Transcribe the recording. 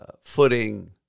footing